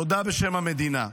תודה בשם המדינה.